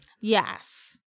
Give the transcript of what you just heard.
yes